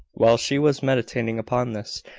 while she was meditating upon this,